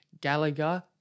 Gallagher